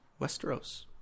Westeros